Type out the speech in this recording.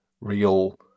real